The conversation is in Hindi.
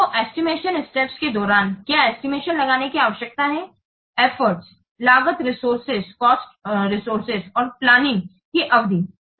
तो एस्टिमेशन स्टेप्स के दौरान क्या एस्टिमेशन लगाने की आवश्यकता है एफ्फोर्ट्स कॉस्ट रिसोर्स और प्लानिंग की दुरेशन